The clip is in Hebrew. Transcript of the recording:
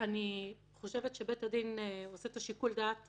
אני חושבת שבית הדין עושה את שיקול הדעת